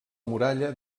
muralla